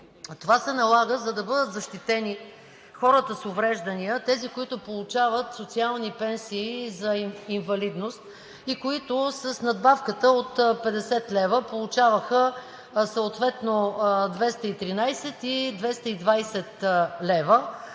Това се налага, за да бъдат защитени хората с увреждания – тези, които получават социални пенсии за инвалидност и които с надбавката от 50 лв. получаваха съответно 213 и 220 лв.